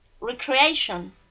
recreation